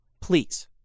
Please